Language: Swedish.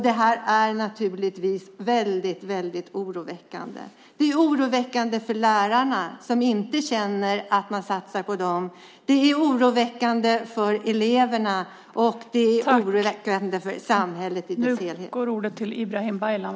Det är naturligtvis mycket oroväckande för lärarna som inte känner att man satsar på dem, och det är oroväckande för eleverna och för samhället i dess helhet.